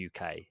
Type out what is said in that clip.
UK